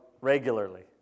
regularly